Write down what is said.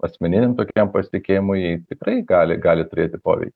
asmeniniam tokiam pasitikėjimui tikrai gali gali turėti poveikį